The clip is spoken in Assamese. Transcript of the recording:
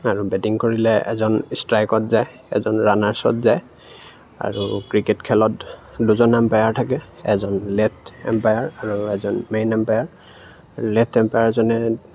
আৰু বেটিং কৰিলে এজন ষ্ট্ৰাইকত যায় এজন ৰানাৰ্ছত যায় আৰু ক্ৰিকেট খেলত দুজন এম্পায়াৰ থাকে এজন লেফ্ট এম্পায়াৰ আৰু এজন মেইন এম্পায়াৰ লেফ্ট এম্পায়াৰজনে